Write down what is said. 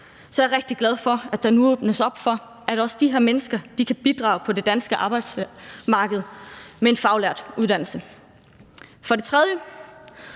så jeg er rigtig glad for, at der nu åbnes op for, at også de her mennesker kan bidrage på det danske arbejdsmarked med en faglært uddannelse. For det tredje